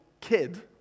kid